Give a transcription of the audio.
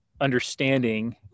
understanding